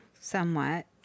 somewhat